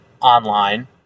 Online